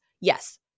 yes